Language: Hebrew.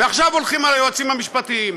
ועכשיו הולכים על היועצים המשפטיים.